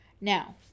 now